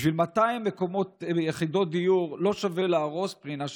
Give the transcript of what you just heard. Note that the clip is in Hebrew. בשביל 200 יחידות דיור לא שווה להרוס פנינה שכזאת.